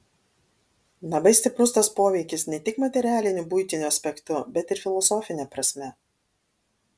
labai stiprus tas poveikis ne tik materialiniu buitiniu aspektu bet ir filosofine prasme